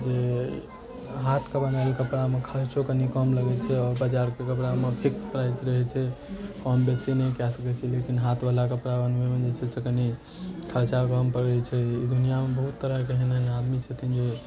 जे हाथके बनायल कपड़ामे खर्चो कनि कम लगै छै आओर बजारके कपड़ामे फिक्स प्राइस रहै छै कम बेसी नहि कए सकै छी लेकिन हाथवला कपड़ा बनबैमे जे छै से कनि खर्चा कम पड़ै छै दुनिआँमे बहुत तरहके एहन एहन आदमी छथिन जे